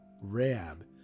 Rab